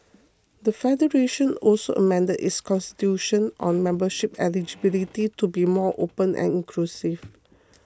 the federation also amended its constitution on membership eligibility to be more open and inclusive